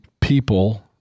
people